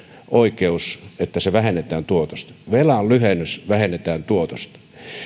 oikeus siihen että se vähennetään tuotosta velan lyhennys vähennetään tuotosta